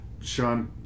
Sean